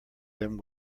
them